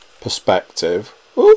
perspective